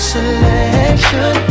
Selection